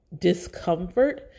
discomfort